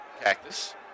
Cactus